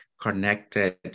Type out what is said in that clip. connected